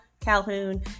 Calhoun